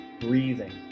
breathing